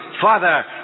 father